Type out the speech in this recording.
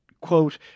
quote